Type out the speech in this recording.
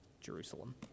Jerusalem